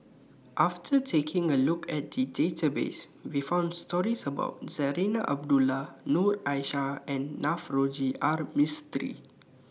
after taking A Look At The Database We found stories about Zarinah Abdullah Noor Aishah and Navroji R Mistri